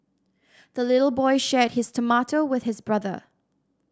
the little boy shared his tomato with his brother